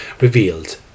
revealed